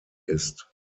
ist